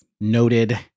noted